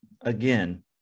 again